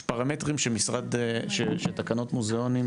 יש פרמטרים שתקנות מוזיאונים